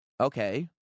Okay